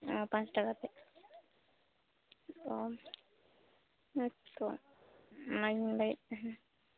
ᱚ ᱯᱟᱸᱪ ᱴᱟᱠᱟ ᱠᱟᱛᱮᱫ ᱚ ᱦᱮᱸᱛᱳ ᱚᱱᱟ ᱜᱮᱧ ᱞᱟᱹᱭᱮᱫ ᱛᱟᱦᱮᱱᱟ